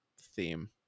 theme